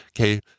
Okay